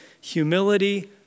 humility